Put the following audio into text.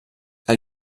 elle